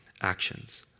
actions